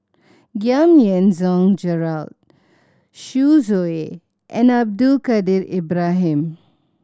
Giam Yean Song Gerald Yu Zhuye and Abdul Kadir Ibrahim